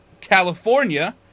California